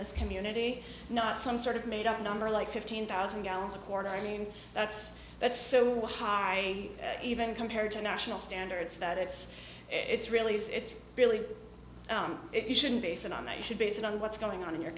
this community not some sort of made up number like fifteen thousand gallons of corn i mean that's that's so high even compared to national standards that it's it's really it's really you shouldn't base it on that you should base it on what's going on in your